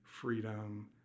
freedom